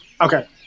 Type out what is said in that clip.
Okay